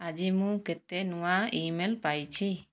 ଆଜି ମୁଁ କେତେ ନୂଆ ଇମେଲ୍ ପାଇଛି